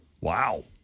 Wow